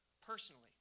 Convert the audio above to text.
personally